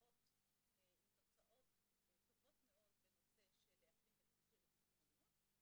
ומושקעות עם תוצאות טובות מאוד בנושא של אקלים בית ספרי וצמצום אלימות.